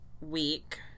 week